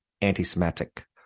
anti-Semitic